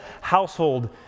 household